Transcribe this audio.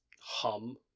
hum